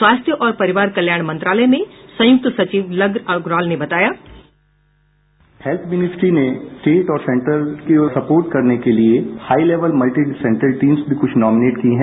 स्वास्थ्य और परिवार कल्याण मंत्रालय में संयुक्त सचिव लव अग्रवाल ने बताया बाइट हैत्थ मिनिस्ट्री ने स्टेट और सैन्टर को सपोर्ट करने के लिये high level multidisciplinary team भी कुछ नॉमिनेट की हैं